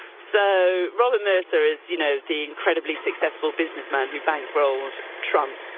so robert mercer is, you know, the incredibly successful businessman who bankrolled trump.